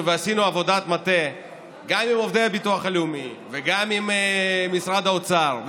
ועשינו עבודת מטה גם עם עובדי הביטוח הלאומי וגם עם משרד האוצר,